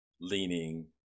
leaning